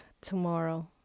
tomorrow